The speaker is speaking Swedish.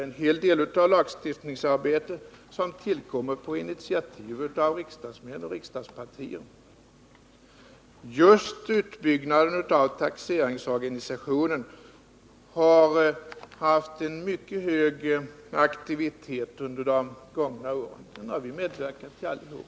En hel del av lagstiftningsarbetet tillkommer ju också på initiativ av riksdagsmän och riksdagspartier som inte är i regeringsställning. Just utbyggnaden av taxeringsorganisationen har varit föremål för en mycket hög sådan aktivitet under de gångna åren, så den har vi medverkat till allihop.